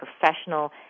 professional